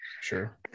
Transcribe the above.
Sure